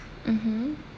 mmhmm